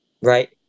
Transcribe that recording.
right